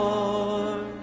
Lord